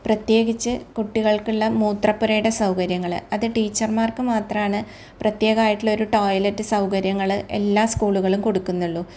പ്രത്യേകിച്ച് കുട്ടികൾക്കുള്ള മൂത്രപ്പുരയുടെ സൗകര്യങ്ങൾ അത് ടീച്ചർമാർക്ക് മാത്രമാണ് പ്രത്യേകായിട്ടുള്ള ഒരു ടോയിലെറ്റ് സൗകര്യങ്ങൾ എല്ലാ സ്കൂളുകളും കൊടുക്കുന്നുള്ളു